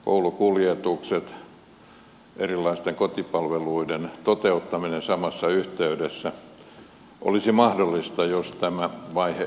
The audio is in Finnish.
koulukuljetusten ja erilaisten kotipalveluiden toteuttaminen samassa yhteydessä olisi mahdollista jos tämä vaihe yksityistettäisiin